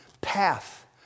path